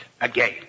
again